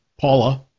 Paula